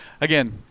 again